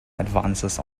advances